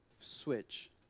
switch